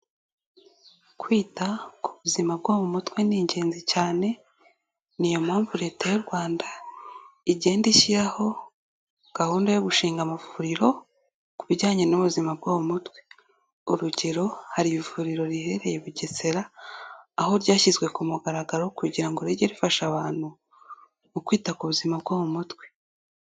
Kwita ku buzima bwo mu mutwe ni ingenzi cyane, ni yo mpamvu Leta y'u Rwanda igenda ishyiraho gahunda yo gushinga amavuriro ku bijyanye n'ubuzima bwowo mutwe, urugero hari ivuriro riherereye i Bugesera, aho ryashyizwe ku mugaragaro kugira ngo rijye rifasha abantu mu kwita ku buzima bwo mu mutwe.